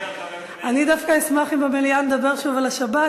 אני דווקא אשמח אם במליאה נדבר שוב על השבת,